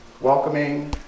welcoming